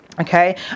okay